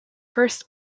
first